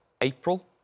April